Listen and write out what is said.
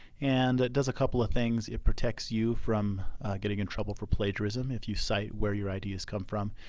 and that does a couple things. it protects you from getting in trouble for plagiarism if you cite where your ideas come from.